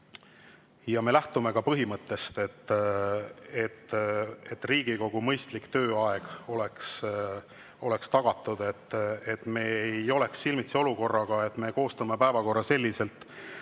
Me lähtume ka põhimõttest, et Riigikogu mõistlik tööaeg oleks tagatud, et me ei oleks silmitsi olukorraga, kus me oleme koostanud päevakorra selliselt,